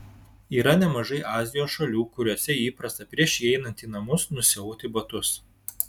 yra nemažai azijos šalių kuriose įprasta prieš įeinant į namus nusiauti batus